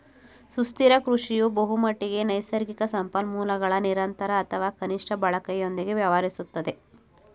ಸುಸ್ಥಿರ ಕೃಷಿಯು ಬಹುಮಟ್ಟಿಗೆ ನೈಸರ್ಗಿಕ ಸಂಪನ್ಮೂಲಗಳ ನಿರಂತರ ಅಥವಾ ಕನಿಷ್ಠ ಬಳಕೆಯೊಂದಿಗೆ ವ್ಯವಹರಿಸುತ್ತದೆ